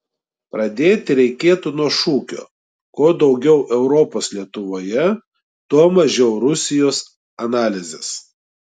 pradėti reikėtų nuo šūkio kuo daugiau europos lietuvoje tuo mažiau rusijos analizės